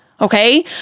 okay